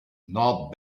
not